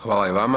Hvala i vama.